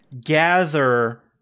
gather